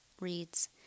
reads